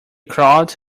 crawled